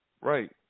Right